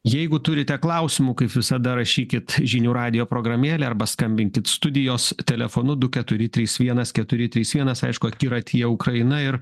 jeigu turite klausimų kaip visada rašykit žinių radijo programėlėj arba skambinkit studijos telefonu du keturi trys vienas keturi trys vienas aišku akiratyje ukraina ir